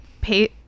pay